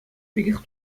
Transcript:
пекех